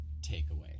takeaway